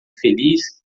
feliz